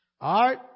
Art